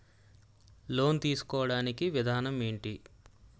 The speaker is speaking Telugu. లోన్ తీసుకోడానికి విధానం ఏంటి?